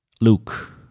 Luke